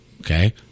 Okay